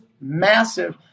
massive